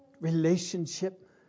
relationship